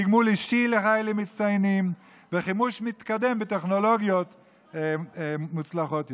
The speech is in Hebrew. תגמול אישי לחיילים מצטיינים וחימוש מתקדם בטכנולוגיות מוצלחות יותר.